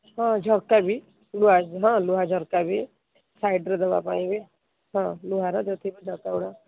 ହଁ ଝରକା ବି ହଁ ଲୁହା ଝରକା ବି ସାଇଡ୍ରେ ବି ଦେବା ପାଇଁବି ହଁ ଲୁହାର ଯୋଉ ଥିବ ଝରକା ଗୁଡ଼ା